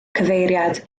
cyfeiriad